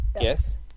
Yes